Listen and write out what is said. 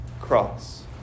cross